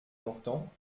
portant